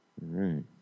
right